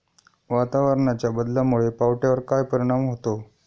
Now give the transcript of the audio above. वातावरणाच्या बदलामुळे पावट्यावर काय परिणाम होतो?